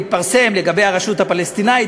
התפרסם לגבי הרשות הפלסטינית,